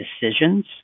decisions